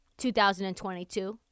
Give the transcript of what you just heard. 2022